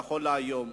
נכון להיום.